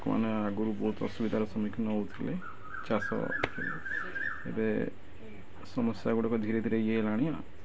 ଲୋକମାନେ ଆଗରୁ ବହୁତ ଅସୁବିଧାର ସମ୍ମୁଖୀନ ହଉଥିଲେ ଚାଷ ଏବେ ସମସ୍ୟା ଗୁଡ଼ିକ ଧୀରେ ଧୀରେ ଇଏ ହେଲାଣି